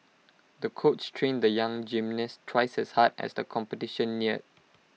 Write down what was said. the coach trained the young gymnast twice as hard as the competition neared